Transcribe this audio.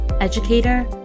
educator